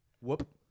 whoop